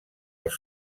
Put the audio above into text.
els